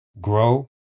grow